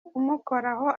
umukoraho